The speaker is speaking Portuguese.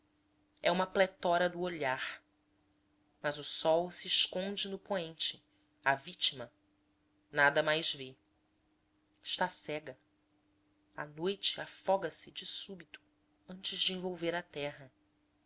é uma pletora do olhar mal o sol se esconde no poente a vítima nada mais vê está cega a noite afoga a de súbito antes de envolver a terra